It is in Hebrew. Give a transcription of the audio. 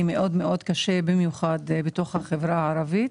מאוד קשה - במיוחד בתוך החברה הערבית.